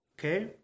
Okay